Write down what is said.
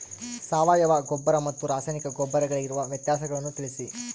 ಸಾವಯವ ಗೊಬ್ಬರ ಮತ್ತು ರಾಸಾಯನಿಕ ಗೊಬ್ಬರಗಳಿಗಿರುವ ವ್ಯತ್ಯಾಸಗಳನ್ನು ತಿಳಿಸಿ?